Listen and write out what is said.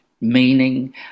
meaning